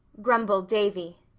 brumbled davy.